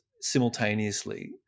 simultaneously